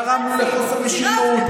גרמנו לחוסר משילות,